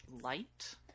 light